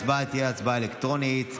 ההצבעה תהיה הצבעה אלקטרונית.